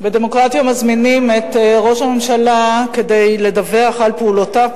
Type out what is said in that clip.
בדמוקרטיה מזמינים את ראש הממשלה כדי לדווח על פעולותיו,